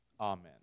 Amen